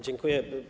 Dziękuję.